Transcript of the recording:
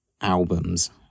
albums